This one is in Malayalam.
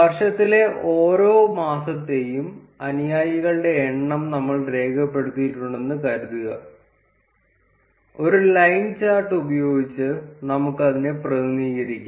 വർഷത്തിലെ ഓരോ മാസത്തെയും അനുയായികളുടെ എണ്ണം നമ്മൾ രേഖപ്പെടുത്തിയിട്ടുണ്ടെന്ന് കരുതുക ഒരു ലൈൻ ചാർട്ട് ഉപയോഗിച്ച് നമുക്ക് അതിനെ പ്രതിനിധീകരിക്കാം